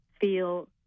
feel